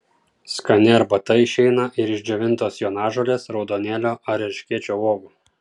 skani arbata išeina ir iš džiovintos jonažolės raudonėlio ar erškėčio uogų